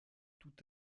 tout